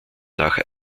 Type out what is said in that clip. nach